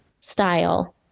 style